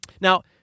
Now